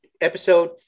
episode